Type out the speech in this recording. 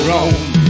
Rome